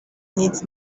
needs